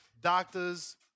doctors